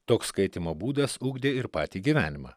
toks skaitymo būdas ugdė ir patį gyvenimą